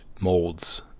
molds